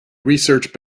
research